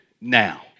now